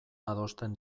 adosten